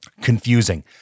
confusing